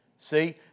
See